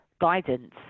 guidance